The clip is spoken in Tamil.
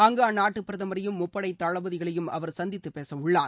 அங்கு அந்நாட்டு பிரதமரையும் முப்படை தளபதிகளையும் அவர் சந்தித்து பேச இருக்கிறார்